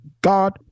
God